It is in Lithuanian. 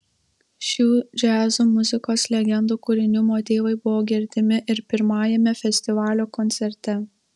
šių džiazo muzikos legendų kūrinių motyvai buvo girdimi ir pirmajame festivalio koncerte